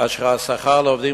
כאשר השכר לעובדים